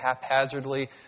haphazardly